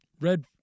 Red